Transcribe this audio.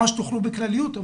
אבל מה שתוכלו בכלליות,